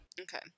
Okay